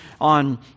on